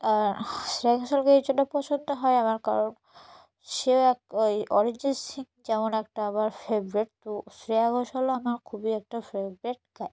আর Shreya performance গাইের জন্য পছন্দ হয় আমার কারণ সেও এক ওই অরিজিৎ সিং যেমন একটা আমার ফেভারেট তো শ্রেয়া ঘোষালও আমার খুবই একটা ফেভারেট গাই